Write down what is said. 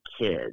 kids